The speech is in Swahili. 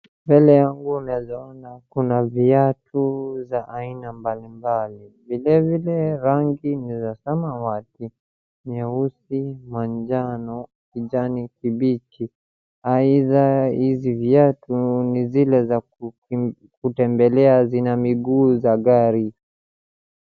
Mbele yangu naweza ona kuna viatu za aina mbalimbali vile vile rangi ni ya samawati, nyeusi na majano kijani kibichi. Either hizi viatu ni zile za kutembelea zina miguu za gari.